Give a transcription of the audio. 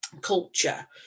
culture